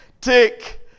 tick